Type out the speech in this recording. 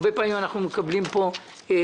הרבה פעמים אנחנו מקבלים פה בקשות